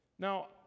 Now